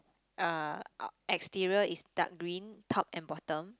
uh exterior is dark green top and bottom